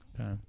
okay